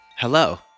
Hello